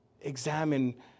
Examine